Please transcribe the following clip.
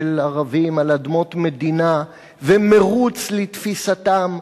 ערבים על אדמות מדינה ומירוץ לתפיסתן.